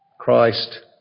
Christ